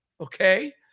okay